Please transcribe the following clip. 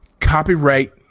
copyright